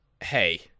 Hey